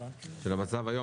של המצב היום.